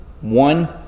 one